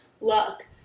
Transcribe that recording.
luck